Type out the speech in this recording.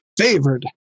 favored